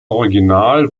original